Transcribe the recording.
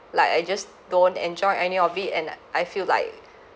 like I just don't enjoy any of it and I feel like